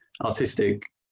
artistic